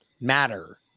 matter